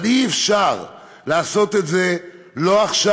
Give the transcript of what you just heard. אבל אי-אפשר לעשות את זה, לא עכשיו.